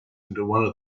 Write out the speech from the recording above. into